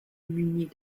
munis